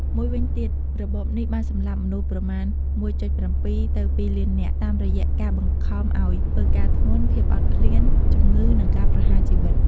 មួយវិញទៀតរបបនេះបានសម្លាប់មនុស្សប្រមាណ ១.៧ ទៅ ២ លាននាក់ តាមរយៈការបង្ខំឲ្យធ្វើការធ្ងន់ ភាពអត់ឃ្លាន ជំងឺ និងការប្រហារជីវិត។